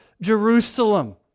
Jerusalem